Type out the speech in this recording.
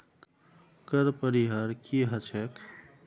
कर परिहार की ह छेक